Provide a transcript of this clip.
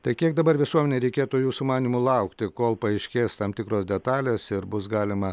tai kiek dabar visuomenei reikėtų jūsų manymu laukti kol paaiškės tam tikros detalės ir bus galima